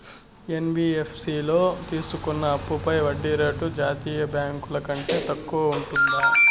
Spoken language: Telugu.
యన్.బి.యఫ్.సి లో తీసుకున్న అప్పుపై వడ్డీ రేటు జాతీయ బ్యాంకు ల కంటే తక్కువ ఉంటుందా?